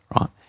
right